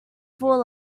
full